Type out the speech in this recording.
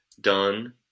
done